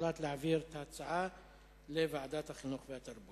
הוחלט להעביר את ההצעה לוועדת החינוך והתרבות.